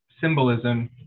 symbolism